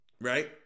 Right